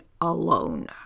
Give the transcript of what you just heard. alone